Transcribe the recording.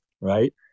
right